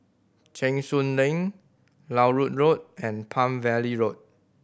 Cheng Soon Lane Larut Road and Palm Valley Road